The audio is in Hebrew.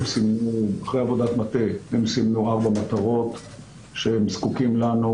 אחרי עבודת מטה הם סימנו ארבע מטרות שהם זקוקים לנו,